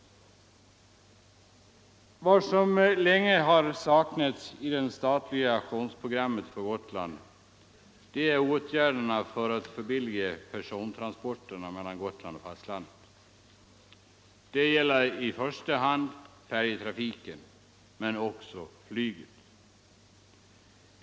Vad som länge saknats i det statliga aktionsprogrammet för Gotland är åtgärder för att förbilliga persontransporterna mellan Gotland och fastlandet. Det gäller i första hand färjetrafiken men också flyget.